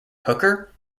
hooker